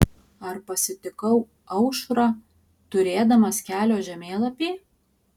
ar pasitikau aušrą turėdamas kelio žemėlapį